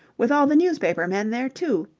with all the newspaper men there too!